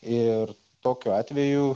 ir tokiu atveju